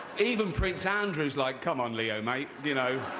even prince andrew's like come on, leo, mate, you know